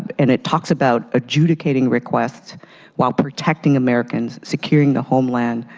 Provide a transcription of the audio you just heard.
and it talks about adjudicating requests while protecting americans, securing the homeland.